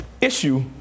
issue